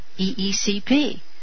EECP